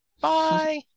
Bye